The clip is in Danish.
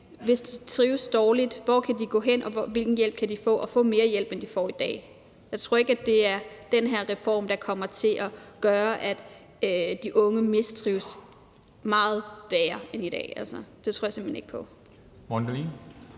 hvis de trives dårligt, i forhold til hvor de kan gå hen, hvilken hjælp de kan få og kan få mere hjælp, end de får i dag. Jeg tror ikke, at det er den her reform, der kommer til at gøre, at de unge mistrives meget mere end i dag. Det tror jeg simpelt hen ikke på.